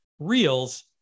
reels